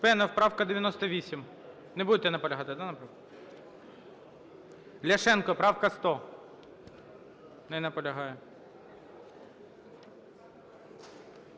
Шпенов, правка 98. Не будете наполягати, да? Ляшенко, правка 100. Не наполягає.